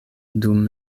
dum